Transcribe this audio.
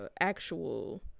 actual